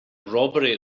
robbery